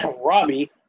Robbie